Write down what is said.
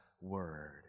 word